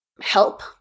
help